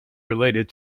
related